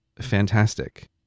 fantastic